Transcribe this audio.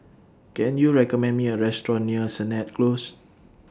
Can YOU recommend Me A Restaurant near Sennett Close